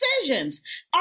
decisions